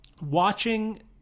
watching